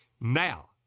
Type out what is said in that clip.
Now